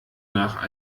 nach